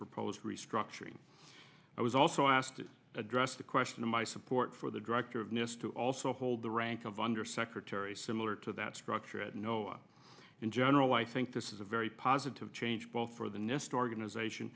proposed restructuring i was also asked to address the question of my support for the director of nist to also hold the rank of undersecretary similar to that structure at no in general i think this is a very positive change both for the nist organization